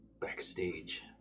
backstage